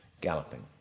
galloping